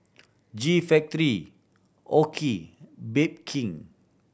G Factory OKI Bake King